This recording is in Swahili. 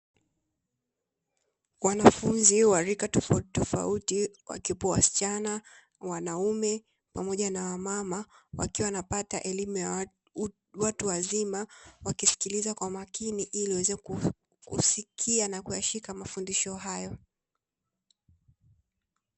Wanafunzi wa rika tofautitofauti wakiwepo wasichana, wanaume pamoja na wamama wakiwa wanapata elimu ya watu wazima, wakisikiliza kwa makini ili waweze kusikia na kushika mafundisho hayo.